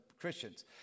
Christians